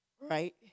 right